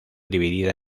dividida